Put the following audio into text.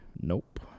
Nope